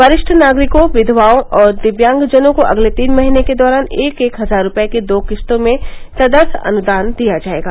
वरिष्ठ नागरिकों विधवाओं और दिव्यांगजनों को अगले तीन महीनों के दौरान एक एक हजार रूपये की दो किस्तों में तदर्थ अनुदान दिया जाएगा